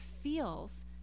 feels